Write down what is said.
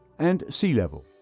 and sea-level.